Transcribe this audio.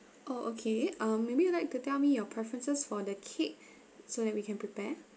oh okay um maybe you'd like to tell me your preferences for the cake so that we can prepare